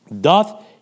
doth